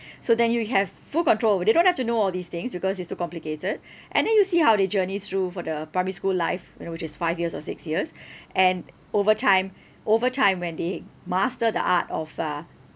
so then you have full control but they don't have to know all these things because it's too complicated and then you see how they journey through for the primary school life you know which is five years or six years and over time over time when they master the art of uh